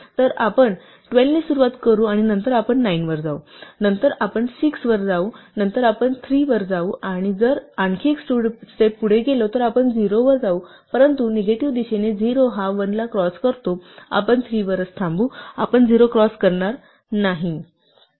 तर आपण 12 ने सुरुवात करू आणि नंतर आपण 9 वर जाऊ नंतर आपण 6 वर जाऊ नंतर आपण 3 वर जाऊ आणि जर आपण आणखी एक स्टेप पुढे गेलो तर आपण 0 वर जाऊ परंतु निगेटिव्ह दिशेने 0 हा 1 ला क्रॉस करतो आपण 3 वरच थांबू आपण 0 क्रॉस करू शकणार नाही